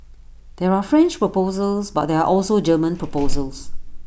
there are French proposals but there are also German proposals